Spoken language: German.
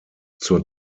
zur